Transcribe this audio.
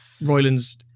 Royland's